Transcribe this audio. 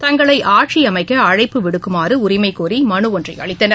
தங்களை ஆட்சி அமைக்க அழைப்பு விடுக்குமாறு உரிமை கோரி மனு ஒன்றை அளித்தனர்